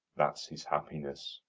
that's his happiness.